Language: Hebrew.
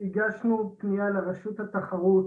שהגשנו פנייה לרשות התחרות,